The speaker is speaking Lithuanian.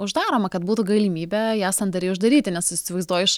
uždaroma kad būtų galimybė ją sandariai uždaryti nes įsivaizduoju iš